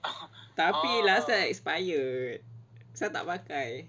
tapi last one expired saya tak pakai